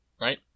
right